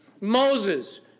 Moses